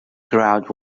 crowd